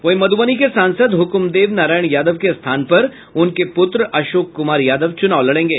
वहीं मधुबनी के सांसद हुक्मदेव नारायण यादव के स्थान पर उनके पुत्र अशोक कुमार यादव चुनाव लड़ेंगे